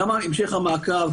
גם המשך המעקב,